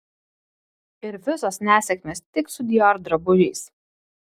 ir visos nesėkmės tik su dior drabužiais